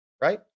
right